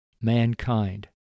mankind